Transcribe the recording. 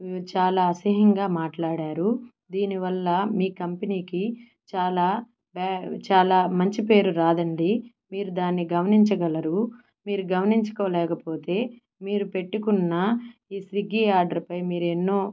చాలా అసహ్యంగా మాట్లాడారు దీనివల్ల మీ కంపెనీకి చాలా బ్యా చాలా మంచిపేరు రాదండి మీరు దాన్ని గమనించగలరు మీరు గమనించుకోలేకపోతే మీరు పెట్టుకున్న ఈ స్విగ్గీ ఆర్డర్పై మీరెన్నో